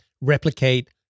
Replicate